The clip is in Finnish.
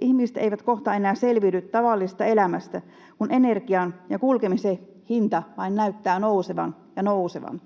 Ihmiset eivät kohta enää selviydy tavallisesta elämästä, kun energian ja kulkemisen hinta vain näyttää nousevan ja nousevan.